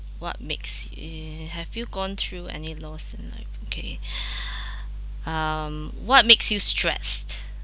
what makes y~ eh have you gone through any loss in life okay um what makes you stressed